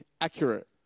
accurate